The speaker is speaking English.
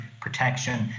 protection